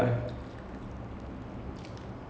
I only remember watching tamil problem [one]